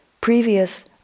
previous